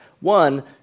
One